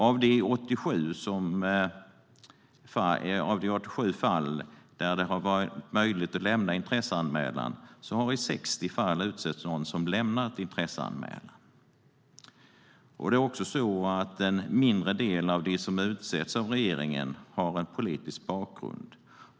Av de 87 fall där det har varit möjligt att lämna intresseanmälan har det i 60 fall utsetts någon som lämnat intresseanmälan. Det är också så att en mindre andel av dem som utsetts av regeringen har en politisk bakgrund.